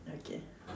okay